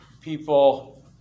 people